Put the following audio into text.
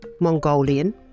Mongolian